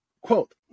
Quote